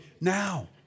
now